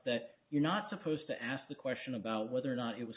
that you're not supposed to ask the question about whether or not it was